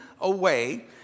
away